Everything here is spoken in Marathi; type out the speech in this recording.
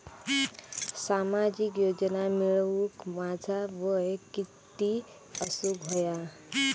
सामाजिक योजना मिळवूक माझा वय किती असूक व्हया?